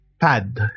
pad